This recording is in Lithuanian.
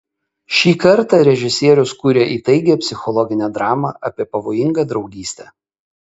šį kartą režisierius kuria įtaigią psichologinę dramą apie pavojingą draugystę